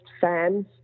fans